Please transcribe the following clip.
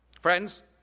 Friends